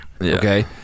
okay